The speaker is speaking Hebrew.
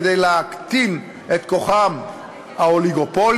כדי להקטין את כוחם האוליגופולי,